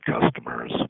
customers